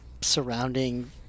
surrounding